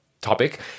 topic